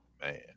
Man